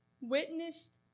witnessed